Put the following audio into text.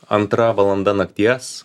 antra valanda nakties